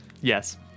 Yes